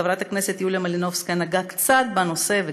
וחברת הכנסת יוליה מלינובסקי נגעה קצת בנושא,